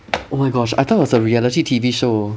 oh my gosh I thought it was a reality T_V show